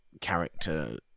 character